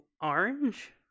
Orange